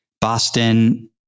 Boston